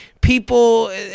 People